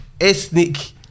ethnic